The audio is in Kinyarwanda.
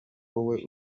wowe